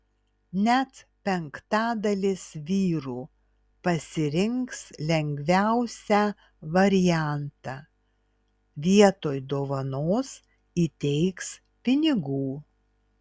net penktadalis vyrų pasirinks lengviausią variantą vietoj dovanos įteiks pinigų